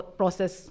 process